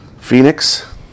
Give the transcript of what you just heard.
Phoenix